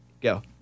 Go